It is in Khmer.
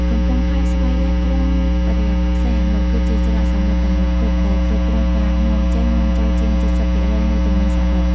កំពង់ផែស្វយ័តក្រុងព្រះសីហនុ គឺជាច្រកសមុទ្រតែមួយគត់ដែលគ្រប់គ្រងការនាំចេញ-នាំចូលជាង ៧០% នៃទំនិញសរុប។